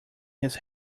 his